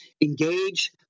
engage